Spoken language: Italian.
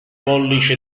pollice